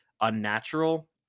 unnatural